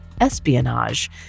Espionage